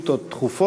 כמה שאילתות דחופות.